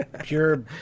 pure